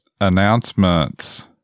announcements